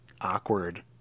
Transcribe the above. awkward